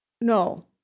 no